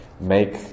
Make